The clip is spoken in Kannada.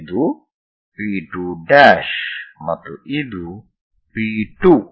ಆದ್ದರಿಂದ ಇದು P 2' ಮತ್ತು ಇದು P 2